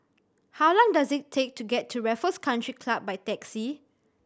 how long does it take to get to Raffles Country Club by taxi